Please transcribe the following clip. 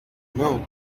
know